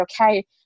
okay